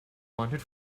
wanted